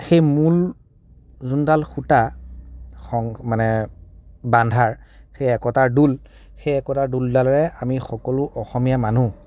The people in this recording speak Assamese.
সেই মূল যোনডাল সূতা মানে বান্ধাৰ সেই একতাৰ দোল সেই একতাৰ দোলদালেৰে আমি সকলো অসমীয়া মানুহ